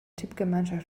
tippgemeinschaft